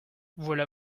voilà